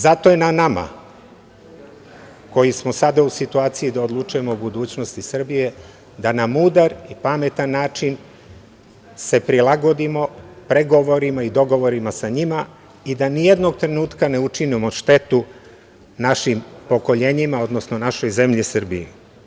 Zato je na nama koji smo sada u situaciji da odlučujemo o budućnosti Srbije da na mudar i pametan način se prilagodimo pregovorima i dogovorima sa njima i da nijednog trenutka ne učinimo štetu našim pokoljenjima, odnosno našoj zemlji Srbiji.